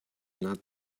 not